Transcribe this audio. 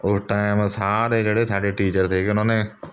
ਉਸ ਟਾਈਮ ਸਾਰੇ ਜਿਹੜੇ ਸਾਡੇ ਟੀਚਰ ਸੀਗੇ ਉਹਨਾਂ ਨੇ